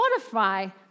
Spotify